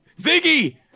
Ziggy